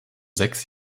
sechs